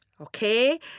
Okay